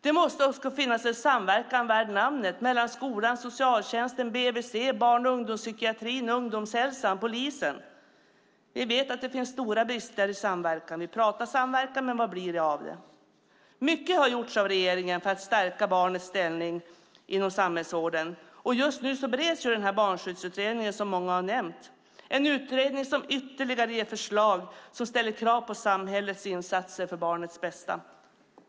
Det måste också finnas en samverkan värd namnet mellan skolan, socialtjänsten, BVC, barn och ungdomspsykiatrin, ungdomshälsan och polisen. Vi vet att det finns stora brister i samverkan. Vi talar om samverkan, men vad blir det av det? Mycket har gjorts av regeringen för att stärka barnets ställning inom samhällsvården. Just nu bereds Barnskyddsutredningen, som många har nämnt. Det är en utredning som ytterligare ger förslag som ställer krav på samhällets insatser för barnets bästa.